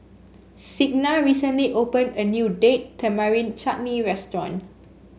Signa recently opened a new Date Tamarind Chutney Restaurant